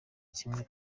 kimwe